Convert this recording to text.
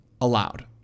allowed